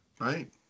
Right